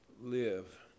live